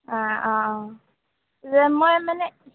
অঁ অঁ অঁ মই মানে